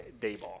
Dayball